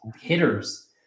hitters